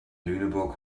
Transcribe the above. lüneburg